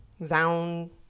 Zound